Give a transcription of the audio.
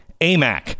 AMAC